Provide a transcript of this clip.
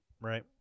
right